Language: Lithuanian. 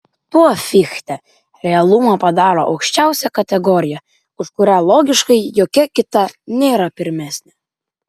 tuo fichte realumą padaro aukščiausia kategorija už kurią logiškai jokia kita nėra pirmesnė